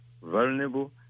vulnerable